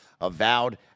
Avowed